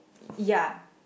ya